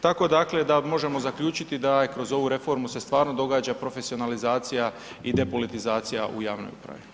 Tako dakle možemo zaključiti da se kroz ovu reformu stvarno događa profesionalizacija i depolitizacija u javnoj upravi.